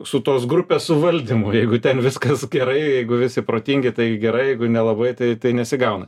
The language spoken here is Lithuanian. su tos grupės suvaldymu jeigu ten viskas gerai jeigu visi protingi tai gerai jeigu nelabai tai tai nesigauna